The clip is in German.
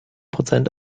prozent